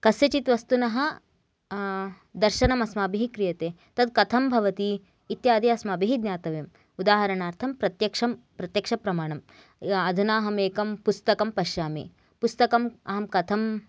कस्यचित् वस्तुनः दर्शनम् अस्माभिः क्रीयते तत् कथं भवति इत्यादि अस्माभिः ज्ञातव्यम् उदाहरणार्थं प्रत्यक्षं प्रत्यक्षप्रमाणम् अधुना अहम् एकं पुस्तकं पश्यामि पुस्तकं अहं कथं